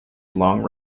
long